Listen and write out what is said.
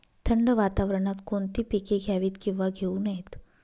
थंड वातावरणात कोणती पिके घ्यावीत? किंवा घेऊ नयेत?